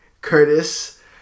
Curtis